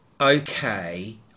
okay